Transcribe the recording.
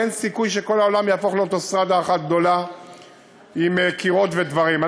ואין סיכוי שכל העולם יהפוך לאוטוסטרדה אחת גדולה עם קירות ודברים.